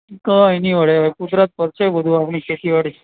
કઈ નહી વળે હવે કુદરત પર છે બધુ આપણી ખેતીવાડી